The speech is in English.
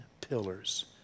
pillars